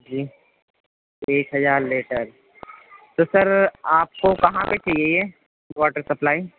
جی تیس ہزار لیٹر تو سر آپ کو کہاں پہ چاہیے یہ واٹر سپلائی